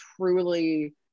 truly